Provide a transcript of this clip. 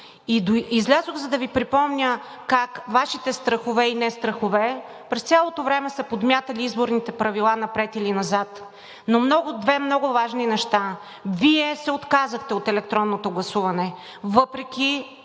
Излязох, за да Ви припомня как Вашите страхове и нестрахове през цялото време са подмятали изборните правила напред или назад. Но две много важни неща: Вие се отказахте от електронното гласуване въпреки